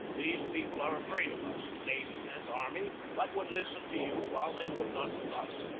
these people are afraid of us, navy and army, but would listen to you while they would not to us.